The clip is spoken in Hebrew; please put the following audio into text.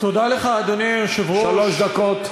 שלוש דקות.